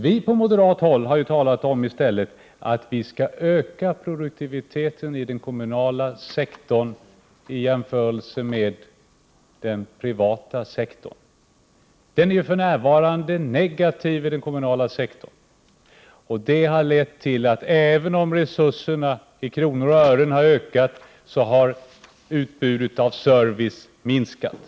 Vi moderater har talat om behovet av en ökad produktivitet inom den kommunala sektorn i jämförelse med den privata. Produktiviteten inom den kommunala sektorn minskar ju för närvarande. Även om resurserna i kronor och ören räknat ökat har serviceutbudet minskat.